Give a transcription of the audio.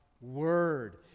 word